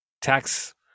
tax